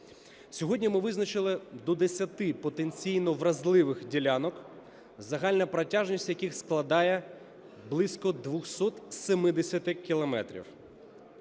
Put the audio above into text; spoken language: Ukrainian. Сьогодні ми визначили до десяти потенційно вразливих ділянок, загальна протяжність яких складає близько 270 кілометрів.